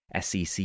SEC